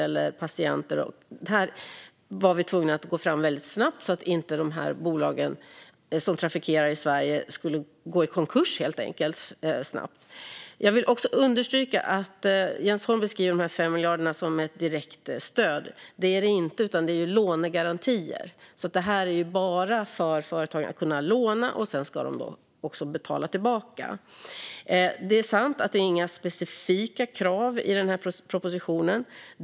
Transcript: Vi var tvungna att gå fram väldigt snabbt så att inte de bolag som trafikerar i Sverige skulle gå i konkurs, helt enkelt. Jens Holm beskriver dessa 5 miljarder som ett direkt stöd. Jag vill understryka att detta inte är ett stöd, utan det är lånegarantier. Det är ett stöd för företagen för att kunna låna, och sedan ska de betala tillbaka. Det är sant att det inte finns några specifika krav i propositionen.